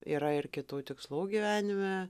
yra ir kitų tikslų gyvenime